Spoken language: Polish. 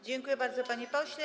Dziękuję bardzo, panie pośle.